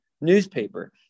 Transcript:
newspaper